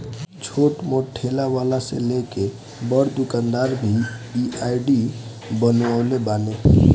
छोट मोट ठेला वाला से लेके बड़ दुकानदार भी इ आई.डी बनवले बाने